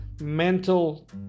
mental